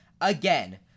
again